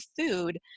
food